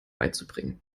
beizubringen